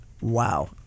Wow